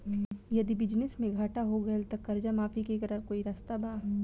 यदि बिजनेस मे घाटा हो गएल त कर्जा माफी के कोई रास्ता बा?